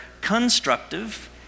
constructive